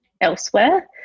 elsewhere